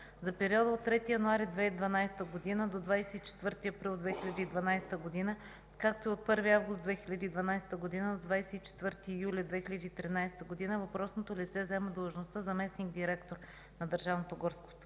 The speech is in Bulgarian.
За периода от 3 януари 2012 г. до 24 април 2012 г., както и от 1 август 2012 г. до 24 юли 2013 г. въпросното лице заема длъжността заместник-директор на Държавното горско